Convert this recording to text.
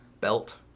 belt